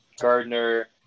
Gardner